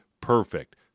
perfect